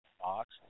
box